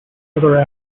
other